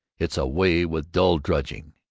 it's away with dull drudging,